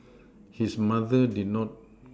his mother did not